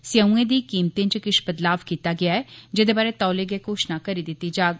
सेऊए दी कीमतें च किश बदलाव कीता गेआ ऐ जेह्दे बारे तौले गै घोषणा करी दित्ती जाग